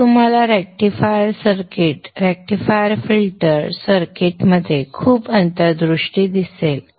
तर हे तुम्हाला रेक्टिफायर सर्किट रेक्टिफायर फिल्टर सर्किटमध्ये खूप अंतर्दृष्टी देईल